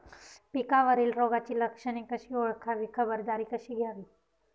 पिकावरील रोगाची लक्षणे कशी ओळखावी, खबरदारी कशी घ्यावी?